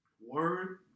Word